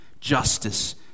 justice